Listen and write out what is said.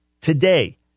today